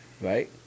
Right